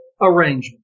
arrangement